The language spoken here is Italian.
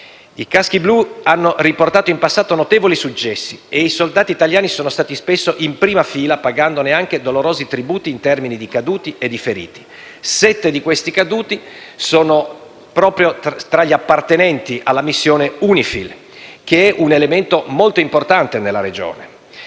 I caschi blu hanno riportato in passato notevoli successi e i soldati italiani sono stati spesso in prima fila, pagandone anche dolorosi tributi in termini di caduti e di feriti. Sette di questi caduti sono proprio tra gli appartenenti alla missione UNIFIL, che rappresenta un elemento molto importante nella regione.